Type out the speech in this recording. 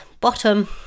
bottom